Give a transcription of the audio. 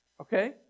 Okay